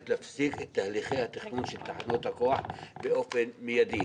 להפסיק את תהליכי התכנון של תחנות הכוח באופן מיידי.